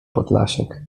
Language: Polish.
podlasiak